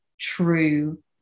true